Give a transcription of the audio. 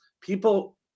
people